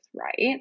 right